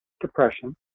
depression